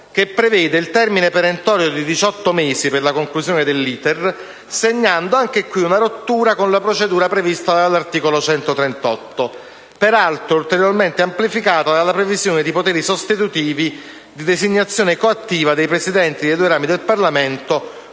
che indica il termine perentorio di 18 mesi per la conclusione dell'*iter* segnando, anche in questo caso, una rottura con la procedura prevista dall'articolo 138 della Costituzione, peraltro ulteriormente amplificata dalla previsione di poteri sostitutivi di designazione coattiva dei Presidenti dei due rami del Parlamento